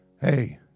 Hey